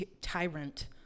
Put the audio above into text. tyrant